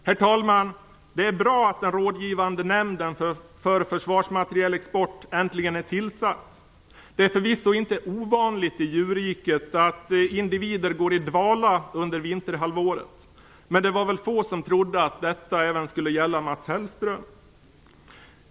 Herr talman! Det är bra att den rådgivande nämnden för försvarsmaterielexport äntligen är tillsatt. Det är förvisso inte ovanligt i djurriket att individer går i dvala under vinterhalvåret, men det var väl få som trodde att detta även gällde Mats Hellström.